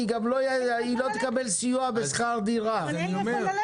כי היא גם לא תקבל סיוע בשכר דירה -- אין לי לאיפה ללכת.